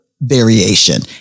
variation